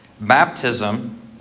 Baptism